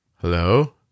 Hello